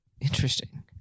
Interesting